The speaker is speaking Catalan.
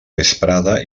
vesprada